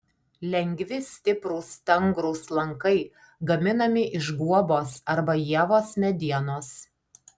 lengvi stiprūs stangrūs lankai gaminami iš guobos arba ievos medienos